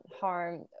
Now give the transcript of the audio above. harm